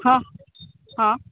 हँ हँ